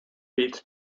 beats